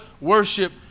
worship